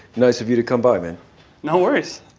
nice of you to come by then no worries.